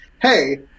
hey